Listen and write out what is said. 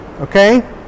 Okay